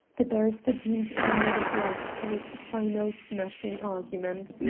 the barrister deemed the moment ripe for his final smashing argument.